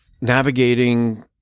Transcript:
navigating